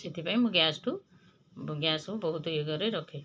ସେଥିପାଇଁ ମୁଁ ଗ୍ୟାସ୍ଠାରୁ ଗ୍ୟାସ୍କୁ ବହୁତ ଇଏ କରେ ରଖେ